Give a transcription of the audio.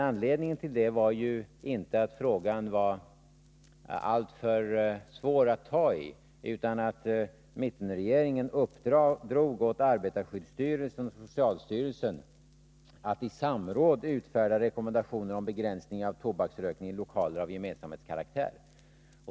Anledningen till att det inte blev något förbud var inte att det var en för het potatis utan att mittenregeringen uppdrog åt arbetarskyddsstyrelsen och socialstyrelsen att i samråd utfärda rekommendationer om begränsning av tobaksrökning i lokaler av gemensamhetskaraktär.